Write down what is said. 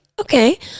okay